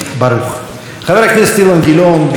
חבר הכנסת אילן גילאון ביקש לומר דברים